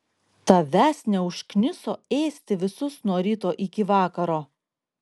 tavęs neužkniso ėsti visus nuo ryto iki vakaro